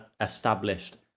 established